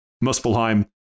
Muspelheim